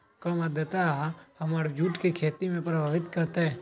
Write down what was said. कम आद्रता हमर जुट के खेती के प्रभावित कारतै?